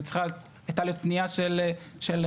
זו צריכה הייתה להיות פנייה של כי"ל.